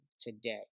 today